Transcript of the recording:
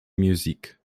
music